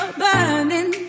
burning